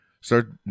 start